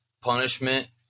punishment